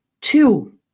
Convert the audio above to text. Two